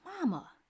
mama